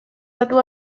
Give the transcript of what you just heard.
datu